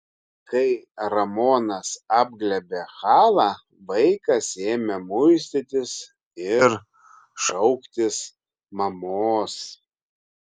kai ramonas apglėbė halą vaikas ėmė muistytis ir šauktis mamos